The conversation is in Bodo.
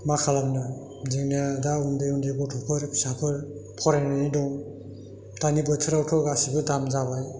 मा खालामनो बिदिनो दा उन्दै उन्दै गथ'फोर फिसाफोर फरायनानै दं दानि बोथोरावथ' गासैबो दाम जाबाय